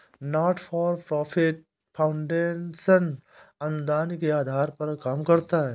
not for profit foundation अनुदान के आधार पर काम करता है